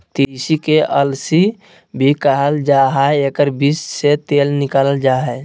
तीसी के अलसी भी कहल जा हइ एकर बीज से तेल निकालल जा हइ